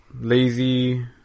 lazy